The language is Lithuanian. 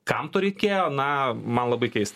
kam to reikėjo na man labai keista